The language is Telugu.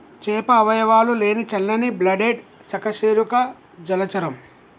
చేప అవయవాలు లేని చల్లని బ్లడెడ్ సకశేరుక జలచరం